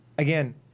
Again